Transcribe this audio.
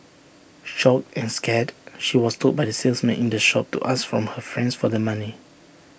shocked and scared she was told by the salesman in the shop to ask from her friends for the money